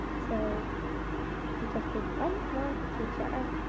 so we just need one more teacher.